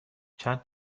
چند